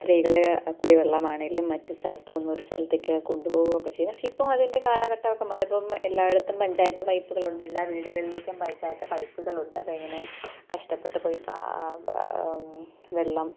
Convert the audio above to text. സ്ത്രീകള് കുടിവെള്ളമാണെങ്കിലും മറ്റ് സ്ഥലത്തുനിന്ന് ഒരു സ്ഥലത്തേയ്ക്ക് കൊണ്ടുപോവുവൊക്കെ ചെയ്യുന്നെ പക്ഷെ ഇപ്പോള് അതിൻ്റെ കാലഘട്ടമൊക്കെ മാറി ഇപ്പോള് എല്ലായിടത്തും പഞ്ചായത്ത് പൈപ്പുകളുണ്ട് എല്ലാ വീടുകളിലേയ്ക്കും പഞ്ചായത്ത് പൈപ്പുകളുണ്ട് അപ്പോള് ഇങ്ങനെ കഷ്ടപ്പെട്ട് പോയി പാ വെള്ളം